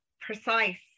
precise